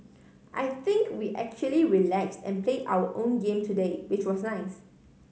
I think we actually relaxed and play our own game today which was nice